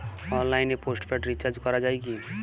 অনলাইনে postpaid recharge করা যায় কি?